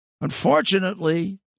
Unfortunately